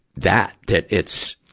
that, that it's,